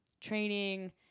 training